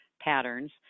patterns